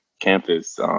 campus